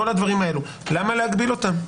כל הדברים האלה למה להגביל אותם?